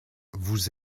vous